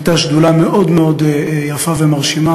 הייתה ישיבת שדולה מאוד מאוד יפה ומרשימה.